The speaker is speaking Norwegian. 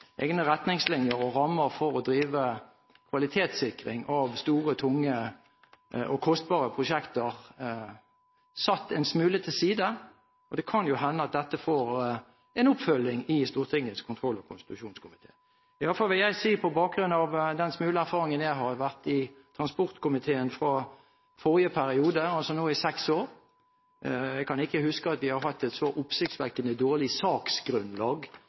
egne retningslinjer og rammer for å drive kvalitetssikring av store, tunge og kostbare prosjekter sannsynligvis er satt en smule til side, og det kan jo hende at dette får en oppfølging i Stortingets kontroll- og konstitusjonskomité. I hvert fall vil jeg si, på bakgrunn av den smule erfaringen jeg har – jeg har vært i transportkomiteen siden forrige periode, altså nå i seks år – at jeg kan ikke huske at vi har hatt et så oppsiktsvekkende dårlig saksgrunnlag